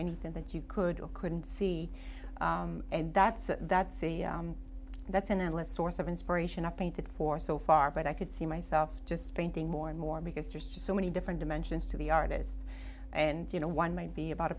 anything that you could or couldn't see and that's a that's a that's an endless source of inspiration i painted for so far but i could see myself just painting more and more because there's just so many different dimensions to the artist and you know one might be about a